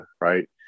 right